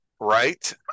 Right